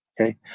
Okay